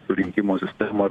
surinkimo sistemą